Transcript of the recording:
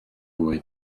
fwy